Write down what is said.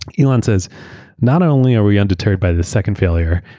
elon says not only are we undeterred by the second failure,